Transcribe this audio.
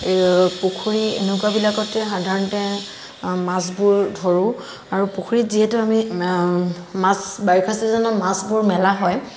পুখুৰী এনেকুৱাবিলাকত সাধাৰণতে মাছবোৰ ধৰোঁ আৰু পুখুৰীত যিহেতু আমি মাছ বাৰিষা ছিজনত মাছবোৰ মেলা হয়